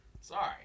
Sorry